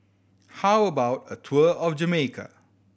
how about a tour of Jamaica